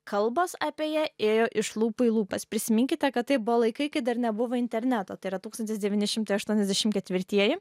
kalbos apie ją ėjo iš lūpų į lūpas prisiminkite kad tai buvo laikai kai dar nebuvo internetotai yra tūkstantis devyni šimtai aštuoniasdešim ketvirtieji